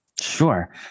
Sure